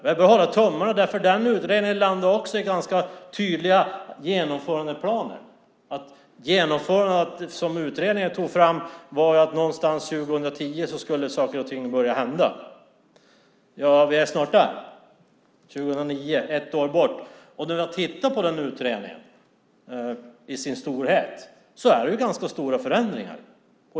Vi får hålla tummarna, för utredningen landade också i ganska tydliga genomförandeplaner. Enligt det utredningen tog fram skulle saker och ting börja hända 2010. Ja, vi är snart där. Nu är det 2009. Det är ett år bort. Och när man tittar på utredningen i stort ser man att det handlar om ganska stora förändringar.